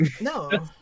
No